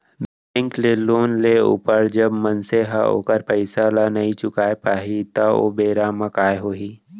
bank ले loan लेय ऊपर जब मनसे ह ओखर पइसा ल नइ चुका पाही त ओ बेरा म काय होही